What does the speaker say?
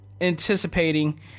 anticipating